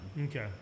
okay